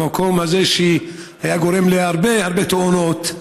במקום שהיה גורם להרבה הרבה תאונות.